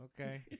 Okay